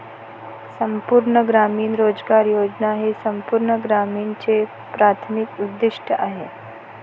संपूर्ण ग्रामीण रोजगार योजना हे संपूर्ण ग्रामीणचे प्राथमिक उद्दीष्ट आहे